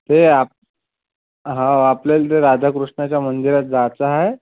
ते आप हं हो आपल्याला ते राधाकृष्णाच्या मंदिरात जायचं आहे